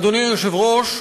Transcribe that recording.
אדוני היושב-ראש,